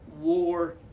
War